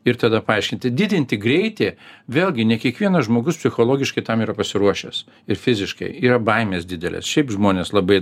ir tada paaiškinti didinti greitį vėlgi ne kiekvienas žmogus psichologiškai tam yra pasiruošęs ir fiziškai yra baimės didelės šiaip žmonės labai